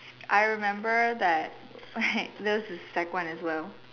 I remember that those were sec one as well